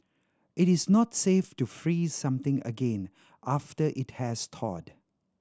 it is not safe to freeze something again after it has thawed